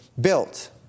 built